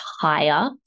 higher